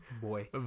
Boy